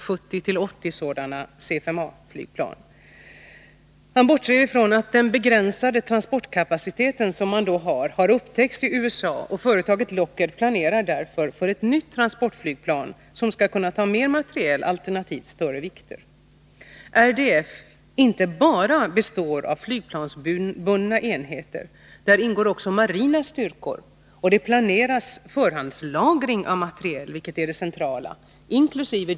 70-80 sådana flygplan; att denna begränsade transportkapacitet har upptäckts i USA, och företaget Lockheed planerar därför för ett nytt transportflygplan som skall kunna ta mer materiel alternativt större vikter; samt att RDF inte enbart består av flygplansbundna enheter. Där ingår marina styrkor, och — vilket är det centrala — det planeras förhandslagring av materiel, inkl.